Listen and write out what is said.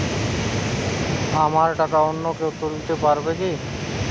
আমার টাকা অন্য কেউ তুলতে পারবে কি?